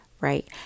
right